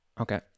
Okay